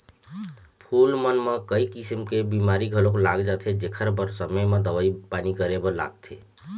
फूल मन म कइ किसम के बेमारी घलोक लाग जाथे जेखर बर समे म दवई पानी करे बर लागथे